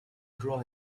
draw